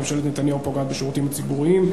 ממשלת נתניהו פוגעת בשירותים הציבוריים,